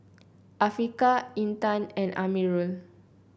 Afiqah Intan and Amirul